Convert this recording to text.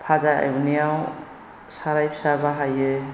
फाजा एवनायाव साराय फिसा बाहायो